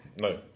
No